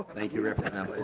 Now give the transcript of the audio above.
thank you representative